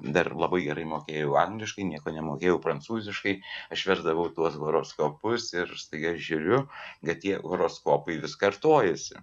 dar labai gerai mokėjau angliškai nieko nemokėjau prancūziškai aš versdavau tuos horoskopus ir staiga žiūriu kad tie horoskopai vis kartojasi